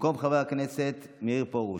במקום חבר הכנסת מאיר פרוש,